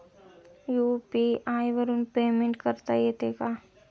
UPI वरून payment करता येते का?